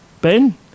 ben